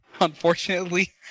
Unfortunately